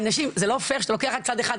זה לא פייר שאתה לוקח רק צד אחד.